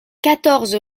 quatorze